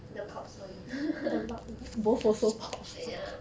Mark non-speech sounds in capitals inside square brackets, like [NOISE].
the pops [one] [LAUGHS] ya